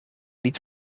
niet